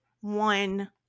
one